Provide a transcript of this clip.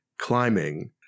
climbing